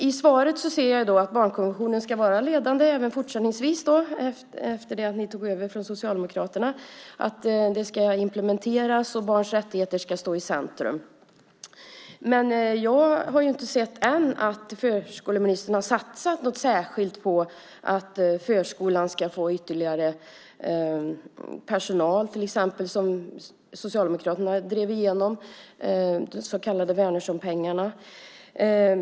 I svaret ser jag att barnkonventionen ska vara ledande även fortsättningsvis efter det att ni tog över från Socialdemokraterna. Det ska implementeras, och barns rättigheter ska stå i centrum. Jag har inte sett att förskoleministern ännu har satsat särskilt på att förskolan ska få ytterligare personal till exempel, vilket Socialdemokraterna drev igenom - de så kallade Wärnerssonpengarna.